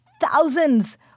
thousands